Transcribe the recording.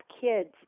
kids